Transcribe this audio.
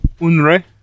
Unre